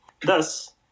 Thus